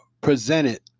presented